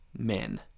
men